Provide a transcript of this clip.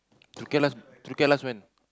through care last through care last when